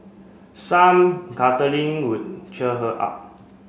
some cuddling would cheer her up